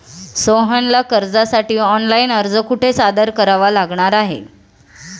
सोहनला कर्जासाठी ऑनलाइन अर्ज कुठे सादर करावा लागणार आहे?